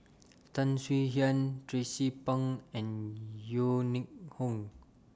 Tan Swie Hian Tracie Pang and Yeo Ning Hong